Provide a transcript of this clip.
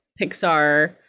Pixar